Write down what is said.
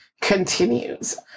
continues